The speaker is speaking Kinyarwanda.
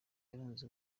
yaranze